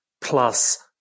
plus